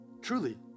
truly